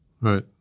Right